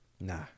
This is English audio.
Nah